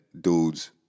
dudes